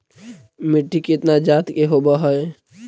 मिट्टी कितना जात के होब हय?